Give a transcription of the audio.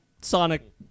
Sonic